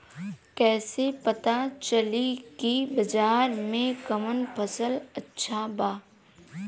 कैसे पता चली की बाजार में कवन फसल अच्छा बा?